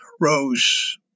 rose